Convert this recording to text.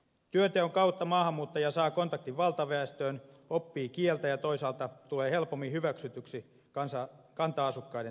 työnteon kautta maahanmuuttaja saa kontaktin valtaväestöön oppii kieltä ja toisaalta tulee helpommin hyväksytyksi kanta asukkaiden silmissä